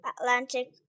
Atlantic